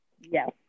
yes